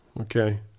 okay